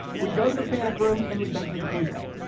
we go to the panic room and we beg for the king's help.